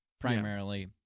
primarily